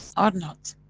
or not?